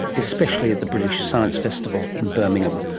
especially at the british science festival in birmingham,